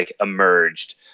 emerged